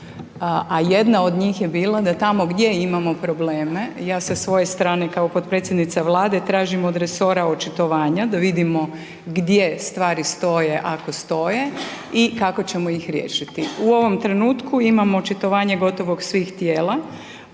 a jedan od njih je bilo da tamo gdje imamo probleme, ja sa svoje strane kao potpredsjednica Vlade tražim od resora očitovanja da vidimo gdje stvari stoje ako stoje i kako ćemo ih riješiti. U ovom trenutku imam očitovanje gotovo svih tijela,